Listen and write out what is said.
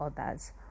others